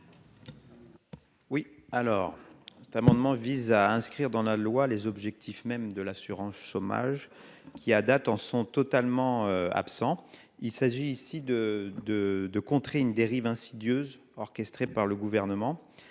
Oui alors, cet amendement vise à inscrire dans la loi les objectifs mêmes de l'assurance chômage qui a date en sont totalement absents, il s'agit ici de, de, de contrer une dérive insidieuse orchestrée par le gouvernement,